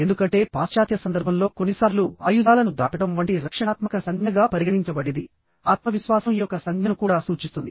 ఎందుకంటే పాశ్చాత్య సందర్భంలో కొన్నిసార్లు ఆయుధాలను దాటడం వంటి రక్షణాత్మక సంజ్ఞగా పరిగణించబడేది ఆత్మవిశ్వాసం యొక్క సంజ్ఞను కూడా సూచిస్తుంది